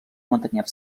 mantenir